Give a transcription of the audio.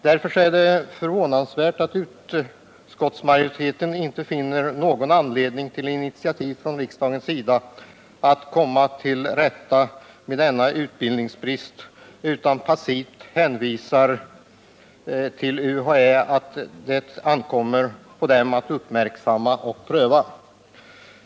Därför är det förvånansvärt att utskottsmajoriteten inte finner någon anledning till initiativ från riksdagens sida för att komma till rätta med denna utbildningsbrist, utan passivt hänvisar till UHÄ och säger att det ankommer på den myndigheten att uppmärksamma och pröva.